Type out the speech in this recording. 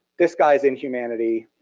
this guy's inhumanity.